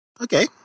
okay